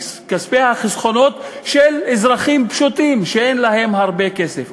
בכספי החסכונות של אזרחים פשוטים שאין להם הרבה כסף?